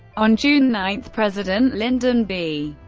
on june nine, president lyndon b.